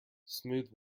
smooth